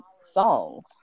songs